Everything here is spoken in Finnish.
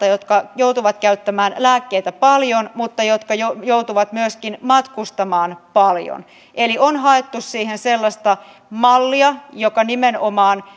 jotka joutuvat käyttämään lääkkeitä paljon mutta jotka joutuvat myöskin matkustamaan paljon eli on haettu siihen sellaista mallia joka nimenomaan